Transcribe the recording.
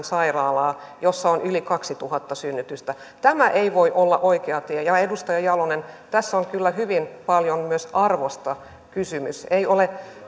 sairaalaa joissa on yli kaksituhatta synnytystä tämä ei voi olla oikea tie ja ja edustaja jalonen tässä on kyllä hyvin paljon myös arvosta kysymys ei ole